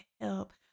help